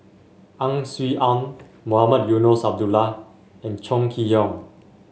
Ang Swee Aun Mohamed Eunos Abdullah and Chong Kee Hiong